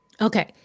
Okay